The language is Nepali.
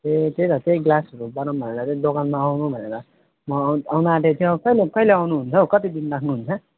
ए त्यही त त्यही ग्लासहरू बनाऊँ भनेर चाहिँ दोकानमा आउनु भनेर म आउ आउन आँटेको थियो कहिले कहिले आउनु भ कतिदिन राख्नुहुन्छ